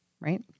Right